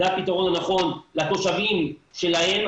זה הפתרון הנכון לתושבים שלהם.